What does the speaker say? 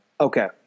Okay